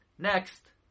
Next